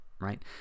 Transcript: right